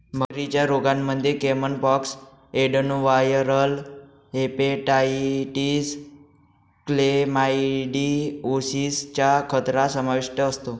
मगरींच्या रोगांमध्ये caiman pox, adenoviral hepatitis, chlamydiosis चा खतरा समाविष्ट असतो